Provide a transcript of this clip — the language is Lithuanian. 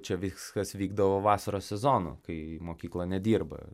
čia viskas vykdavo vasaros sezonu kai mokykla nedirba